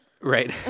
Right